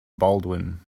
baldwin